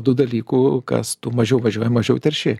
du dalykų kas tu mažiau važiuoji mažiau terši